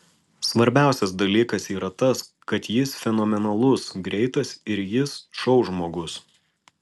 svarbiausias dalykas yra tas kad jis fenomenalus greitas ir jis šou žmogus